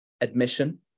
admission